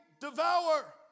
devour